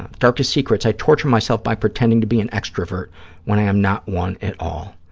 darkest secrets. i torture myself by pretending to be an extrovert when i am not one at all.